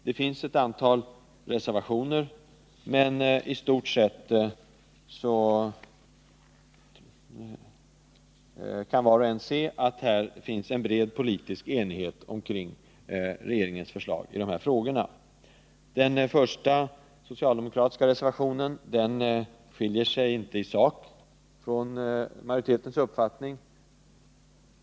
Det finns ett antal reservationer, men i stort sett kan vi se att här finns en bred politisk enighet omkring regeringens förslag i dessa frågor. Den första socialdemokratiska reservationen skiljer sig inte i sak från majoritetens uppfattning.